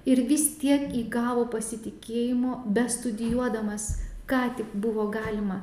ir vis tiek įgavo pasitikėjimo bestudijuodamas ką tik buvo galima